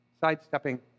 sidestepping